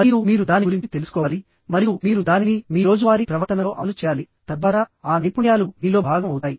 మరియు మీరు దాని గురించి తెలుసుకోవాలి మరియు మీరు దానిని మీ రోజువారీ ప్రవర్తనలో అమలు చేయాలి తద్వారా ఆ నైపుణ్యాలు మీలో భాగం అవుతాయి